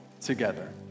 together